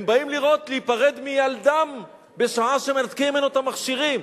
הם באים להיפרד מילדם בשעה שמנתקים אותו מהמכשירים.